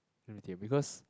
let me think ah because